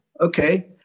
okay